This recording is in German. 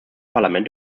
parlament